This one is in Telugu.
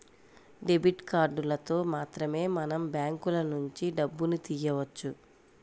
డెబిట్ కార్డులతో మాత్రమే మనం బ్యాంకులనుంచి డబ్బును తియ్యవచ్చు